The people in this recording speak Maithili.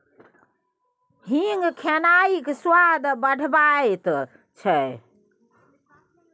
हींग खेनाइक स्वाद बढ़ाबैत छै